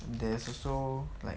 there's also like